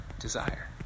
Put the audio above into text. desire